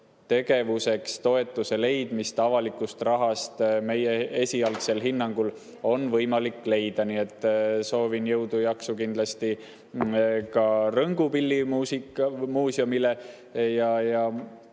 tegevuseks on toetust avalikust rahast meie esialgsel hinnangul võimalik leida. Nii et soovin jõudu ja jaksu kindlasti ka Rõngu Pillimuuseumile.